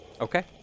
Okay